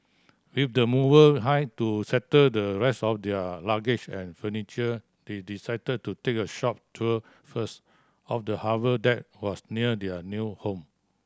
with the mover hired to settle the rest of their luggage and furniture they decided to take a short tour first of the harbour that was near their new home